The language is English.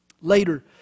Later